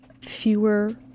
fewer